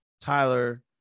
Tyler